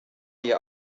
ihr